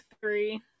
three